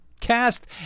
cast